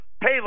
hey